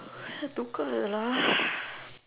தூக்கம் வருது:thuukkam varuthu lah